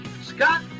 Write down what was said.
Scott